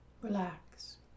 Relax